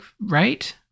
right